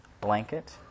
blanket